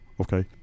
Okay